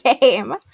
game